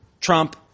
Trump